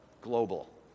global